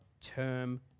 term